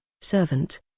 servant